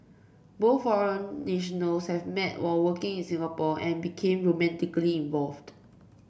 both foreign nationals had met while working in Singapore and become romantically involved